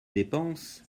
dépenses